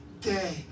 day